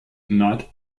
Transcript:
not